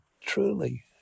Truly